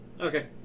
Okay